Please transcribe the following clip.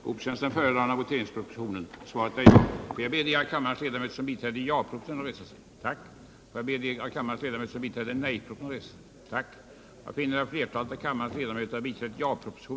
Regeringen har förbättrat stödet till invandrarnas tidningar. En förutsättning för statligt stöd till tidningar och tidskrifter på andra språk än svenska är dock att tidningens innehåll ”i huvudsak berör förhållandena i Sverige”.